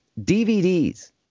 DVDs